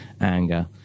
anger